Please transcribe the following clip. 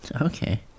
Okay